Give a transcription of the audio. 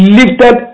lifted